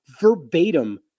verbatim